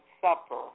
supper